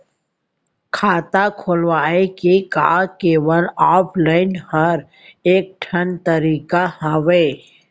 खाता खोलवाय के का केवल ऑफलाइन हर ऐकेठन तरीका हवय?